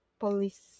police